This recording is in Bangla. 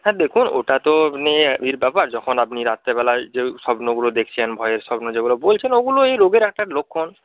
হ্যাঁ দেখুন ওটা তো এমনি ইয়ের ব্যাপার যখন আপনি রাত্রেবেলায় যে স্বপ্নগুলো দেখছেন ভয়ের স্বপ্ন যেগুলো বলছেন ওগুলো এই রোগের একটা লক্ষণ